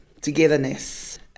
togetherness